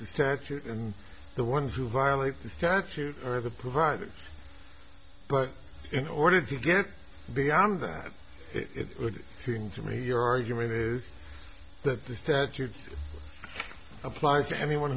the statute and the ones who violate the statute are the providers but in order to get beyond that it would seem to me your argument is that the statute applies to anyone